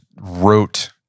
wrote